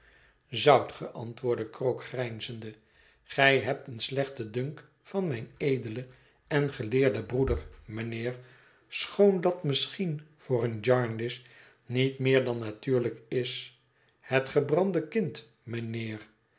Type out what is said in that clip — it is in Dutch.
antwoordde krook grijnzende gij hebt een slechten dunk van mijn edelen en geleerden broeder mijnheer schoon dat misschien voor een jarndyce niet meer dan natuurlijk is het gebrande kind mijnheer